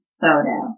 photo